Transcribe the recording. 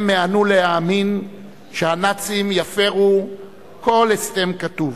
הם מיאנו להאמין שהנאצים יפירו כל הסכם כתוב.